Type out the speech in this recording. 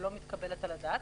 לא מתקבלת על הדעת.